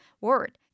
word